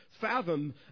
fathom